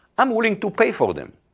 i'm willing to pay for them.